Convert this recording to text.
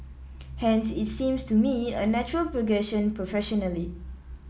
hence it seems to me a natural progression professionally